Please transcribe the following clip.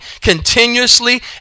continuously